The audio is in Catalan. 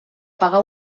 pagar